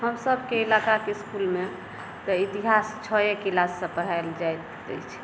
हमसभके इलाकाके इसकुलमे तऽ इतिहास छओ क्लाससॅं पढ़ाओल जाइत अछि